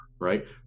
right